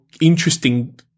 interesting